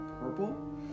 purple